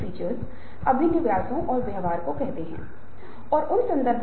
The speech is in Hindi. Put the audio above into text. इनके बारे में कहा गया है कि यह प्रेरणा मूल रूप से एक संतोषजनक और व्यवहार की तलाश का लक्ष्य है